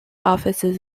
offices